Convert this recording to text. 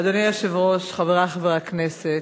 אדוני היושב-ראש, חברי חברי הכנסת,